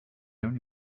only